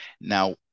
Now